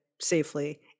safely